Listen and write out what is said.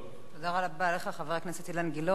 תודה רבה, חבר הכנסת אילן גילאון.